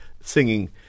singing